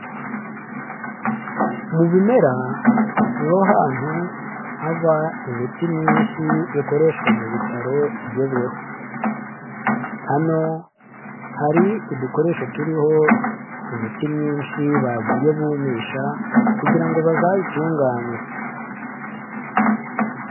Mu bimera niho hantu hava imiti myinshi ikoreshwa mu bitaro igezweho, hano hari udukoresho turiho imiti myinshi bagiye bumisha kugira ngo bazayitunganye.